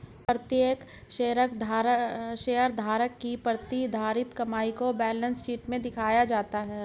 प्रत्येक शेयरधारक की प्रतिधारित कमाई को बैलेंस शीट में दिखाया जाता है